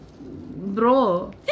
bro